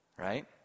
Right